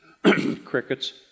crickets